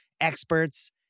experts